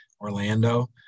Orlando